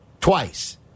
Twice